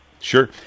Sure